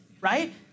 right